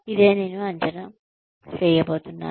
ఇదే నేను అంచనా వేయబోతున్నాను